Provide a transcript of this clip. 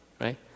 Right